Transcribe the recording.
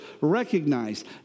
recognized